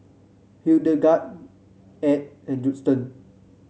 Hildegard Edd and Judson